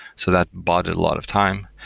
so that bought it a lot of time.